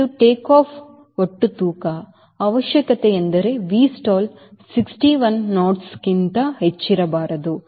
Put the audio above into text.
ಇದು ಟೇಕ್ಆಫ್ ಒಟ್ಟು ತೂಕ ಅವಶ್ಯಕತೆಯೆಂದರೆ Vstall 61 knotsಗಿಂತ ಹೆಚ್ಚಿರಬಾರದು